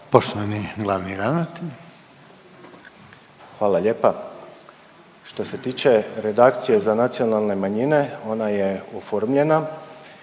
Poštovani glavni ravnatelj. **Šveb, Robert** Hvala lijepa. Što se tiče Redakcije za nacionalne manjine ona je oformljena